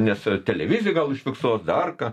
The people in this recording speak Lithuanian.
nes televizija gal užfiksuos dar ką